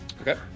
Okay